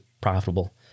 profitable